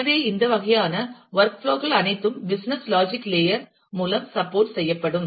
எனவே இந்த வகையான வொர்க் புளோகள் அனைத்தும் பிசினஸ் லாஜிக் லேயர் மூலம் சப்போர்ட் செய்யப்படும்